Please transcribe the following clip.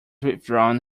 withdrawn